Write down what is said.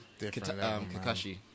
Kakashi